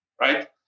Right